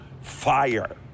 fire